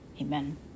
Amen